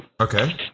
Okay